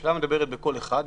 הממשלה מדברת בקול אחד.